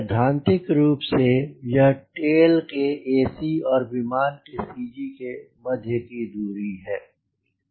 सैद्धांतिक रूप से यह टेल के ac और विमान के CG के मध्य की दूरी है